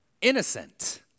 innocent